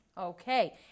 Okay